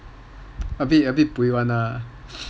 a bit pui [one] ah